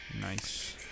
Nice